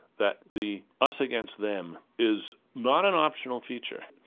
that the us against them is not an optional feature,